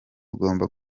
ugomba